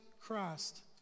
Christ